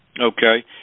Okay